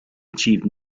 achieved